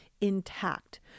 intact